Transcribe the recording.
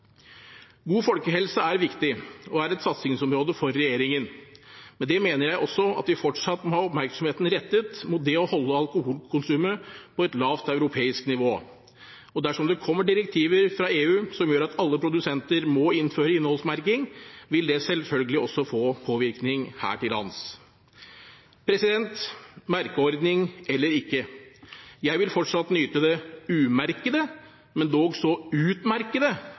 God folkehelse er viktig og et satsingsområde for regjeringen. Med det mener jeg også at vi fortsatt må ha oppmerksomheten rettet mot det å holde alkoholkonsumet på et lavt europeisk nivå. Dersom det kommer direktiver fra EU som gjør at alle produsenter må innføre innholdsmerking, vil det selvfølgelig også få påvirkning her til lands. Merkeordning eller ikke: Jeg vil fortsatt nyte det umerkede, men dog så utmerkede